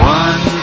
one